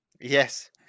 Yes